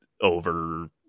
over